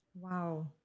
Wow